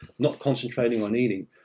not concentrating on eating,